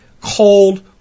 cold